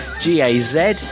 G-A-Z